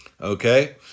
okay